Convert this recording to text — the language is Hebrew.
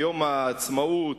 יום העצמאות,